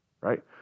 right